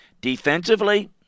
Defensively